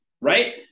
right